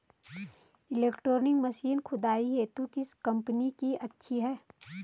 Electronic machine खुदाई हेतु किस कंपनी की अच्छी है?